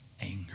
anger